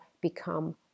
become